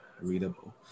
readable